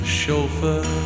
chauffeur